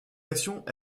actions